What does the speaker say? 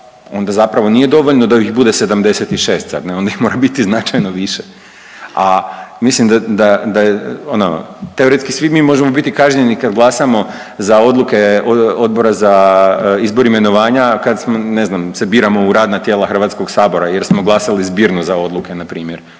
onda zapravo nije dovoljno da ih bude 76 sad ne, onda ih mora biti značajno više, a mislim da, da, da je ono teoretski svi mi možemo biti kažnjeni kad glasamo za odluke Odbora za izbor i imenovanja kad se, ne znam, se biramo u radna tijela HS jer smo glasali zbirno za odluke npr.,